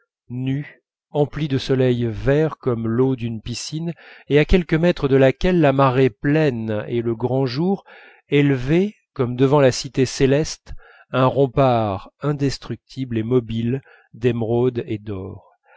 nue emplie de soleil vert comme l'eau d'une piscine et à quelques mètres de laquelle la marée pleine et le grand jour élevaient comme devant la cité céleste un rempart indestructible et mobile d'émeraude et d'or